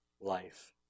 life